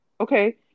Okay